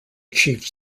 achieved